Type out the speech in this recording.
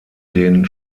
den